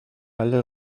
alle